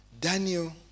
Daniel